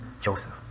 Joseph